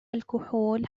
الكحول